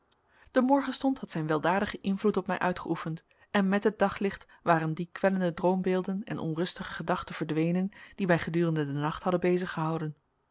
de morgenstond had zijn weldadigen invloed op mij uitgeoefend en met het daglicht waren die kwellende droombeelden en onrustige gedachten verdwenen die mij gedurende den nacht hadden